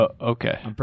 Okay